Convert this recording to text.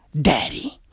daddy